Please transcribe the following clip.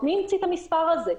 מי המציא את המספר הזה?